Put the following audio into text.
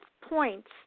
points